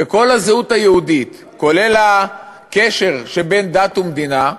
וכל הזהות היהודית, כולל הקשר שבין דת ומדינה,